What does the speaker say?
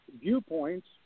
viewpoints